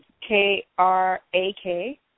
K-R-A-K